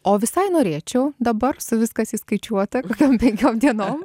o visai norėčiau dabar viskas įskaičiuota kokiom penkiom dienom